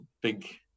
big